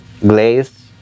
glaze